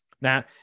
Now